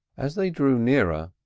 as they drew nearer,